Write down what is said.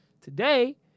today